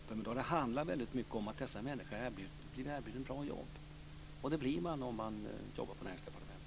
Men då har det väldigt mycket handlat om att dessa människor har blivit erbjudna bra jobb, och det blir man erbjuden om man jobbar på Näringsdepartementet.